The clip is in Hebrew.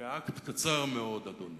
לאקט קצר מאוד, אדוני.